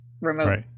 remote